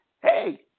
hey